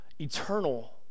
eternal